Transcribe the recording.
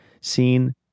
seen